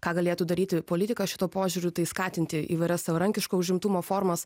ką galėtų daryti politika šituo požiūriu tai skatinti įvairias savarankiško užimtumo formas